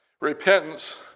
repentance